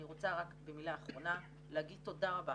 אני רוצה רק במילה אחרונה להגיד תודה רבה